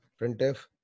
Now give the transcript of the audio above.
printf